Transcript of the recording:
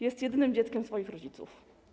Jest jedynym dzieckiem swoich rodziców.